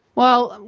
well,